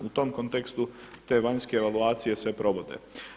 U tom kontekstu te vanjske evaluacije se provode.